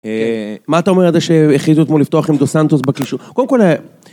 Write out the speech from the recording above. מה אתה אומר על זה שהכריזו אתמול לפתוח עם דו-סנטוס בקישור? קודם כל...